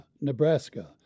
Nebraska